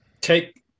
take